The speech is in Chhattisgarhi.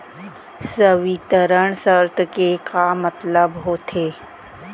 संवितरण शर्त के का मतलब होथे?